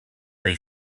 they